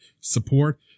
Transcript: support